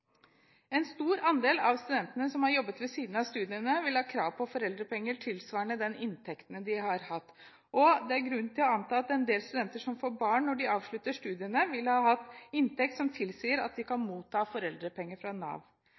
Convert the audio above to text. En stor andel av studentene som har jobbet ved siden av studiene, vil ha krav på foreldrepenger tilsvarende den inntekten de har hatt, og det er grunn til å anta at en del studenter som får barn når de avslutter studiene, vil ha hatt en inntekt som tilsier at de kan motta foreldrepenger fra Nav.